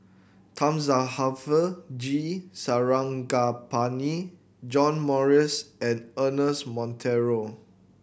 Thamizhavel G Sarangapani John Morrice and Ernest Monteiro